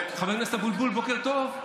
חבר הכנסת אבוטבול, בוקר טוב.